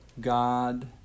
God